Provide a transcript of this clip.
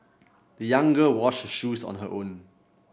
the young girl washed her shoes on her own